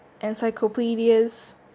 encyclopedias